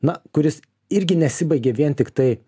na kuris irgi nesibaigia vien tiktai